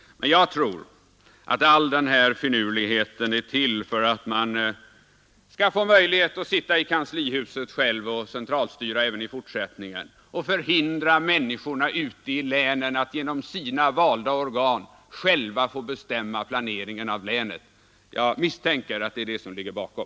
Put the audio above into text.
Men jag tror att all denna finurlighet är till för att man skall få möjlighet att även i fortsättningen sitta i kanslihuset och centralstyra och förhindra människor ute i länen att genom sina valda organ själva få bestämma planeringen av länet. Jag misstänker att det är detta som ligger bakom.